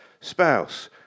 spouse